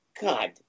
God